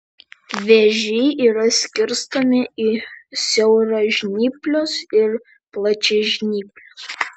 vėžiai yra skirstomi į siauražnyplius ir plačiažnyplius